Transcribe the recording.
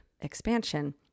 expansion